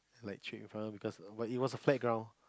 like trip in front her because but it was a flat ground